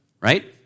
right